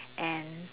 and